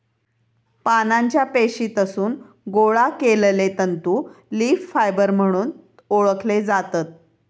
पानांच्या पेशीतसून गोळा केलले तंतू लीफ फायबर म्हणून ओळखले जातत